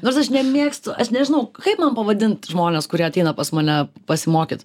nors aš nemėgstu aš nežinau kaip man pavadint žmones kurie ateina pas mane pasimokyt